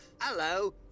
hello